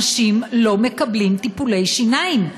אנשים לא מקבלים טיפולי שיניים,